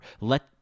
Let